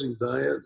diet